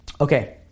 Okay